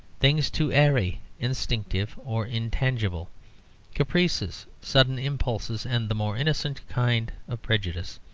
things too airy, instinctive, or intangible caprices, sudden impulses, and the more innocent kind of prejudice.